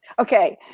okay,